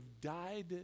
died